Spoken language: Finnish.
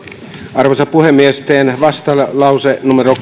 arvoisa puhemies teen vastalauseen numero